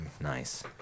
Nice